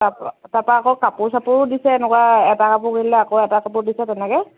তাৰপা তাৰপৰা আকৌ কাপোৰ চাপোৰো দিছে এনেকুৱা এটা কাপোৰ কিনিলে আকৌ এটা কাপোৰ দিছে তেনেকৈ